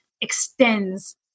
extends